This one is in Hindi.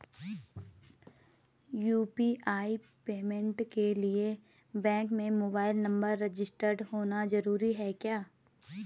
यु.पी.आई पेमेंट के लिए बैंक में मोबाइल नंबर रजिस्टर्ड होना जरूरी है क्या?